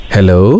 Hello